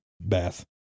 bath